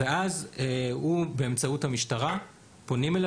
ואז הוא באמצעות המשטרה פונים אליה